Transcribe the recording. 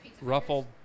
ruffled